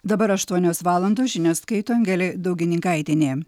dabar aštuonios valandos žinias skaito angelė daugininkaitienė